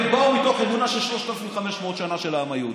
הם באו מתוך אמונה של 3,500 שנה של העם היהודי,